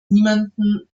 niemanden